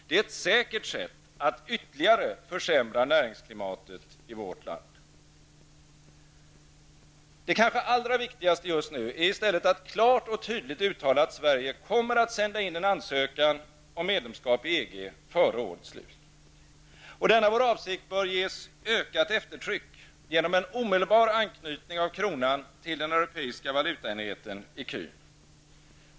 Det är ett säkert sätt att ytterligare försämra näringsklimatet i vårt land. Det kanska allra viktigaste just nu är i stället att klart och tydligt uttala att Sverige kommer att sända in en ansökan om medlemskap i EG före årets slut. Denna vår avsikt bör ges ökat eftertryck genom en omedelbar anknytning av kronan till den europeiska valutaenheten, ecun.